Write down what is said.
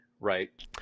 right